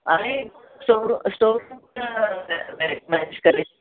आणि श्टोरू श्टोररूमचा